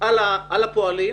על הפועלים.